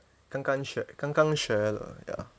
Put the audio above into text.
刚刚学刚刚学的 ya